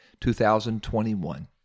2021